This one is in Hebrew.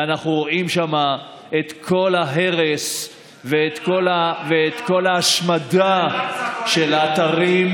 ואנחנו רואים שם את כל ההרס ואת כל ההשמדה של האתרים,